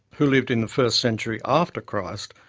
who lived in the first century after christ,